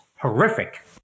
horrific